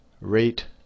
rate